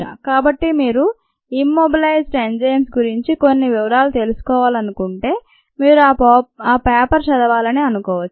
కాబట్టి మీరు immobilized enzymes గురించి కొన్ని వివరాలు తెలుసుకోవాలనుకుంటే మీరు ఆ పేపర్ చదవాలని అనుకోవచ్చు